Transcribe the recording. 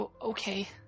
okay